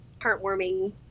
heartwarming